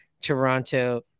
Toronto